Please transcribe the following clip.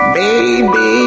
baby